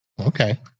Okay